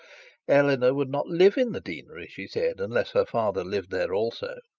eleanor would not live in the deanery, she said, unless her father lived there also.